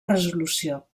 resolució